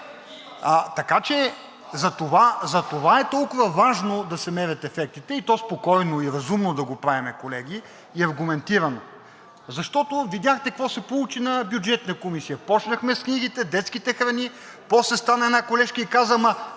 Дилов.) Затова е толкова важно да се мерят ефектите, и то спокойно и разумно да го правим, колеги, и аргументирано. Защото видяхте какво се получи на Бюджетната комисия. Започнахме с книгите, детските храни, после стана една колежка и каза: